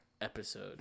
episode